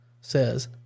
says